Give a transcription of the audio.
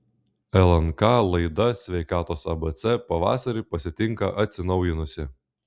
lnk laida sveikatos abc pavasarį pasitinka atsinaujinusi